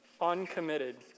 uncommitted